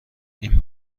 این